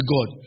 God